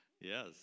Yes